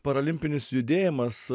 parolimpinis judėjimas